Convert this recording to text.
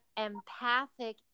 empathic